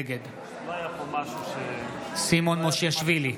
נגד סימון מושיאשוילי,